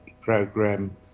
program